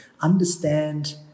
Understand